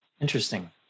Interesting